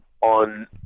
on